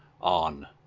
on